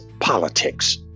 politics